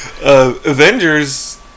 Avengers